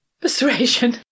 persuasion